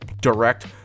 direct